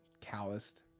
Calloused